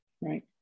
right